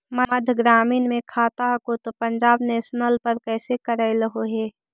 मध्य ग्रामीण मे खाता हको तौ पंजाब नेशनल पर कैसे करैलहो हे?